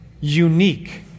unique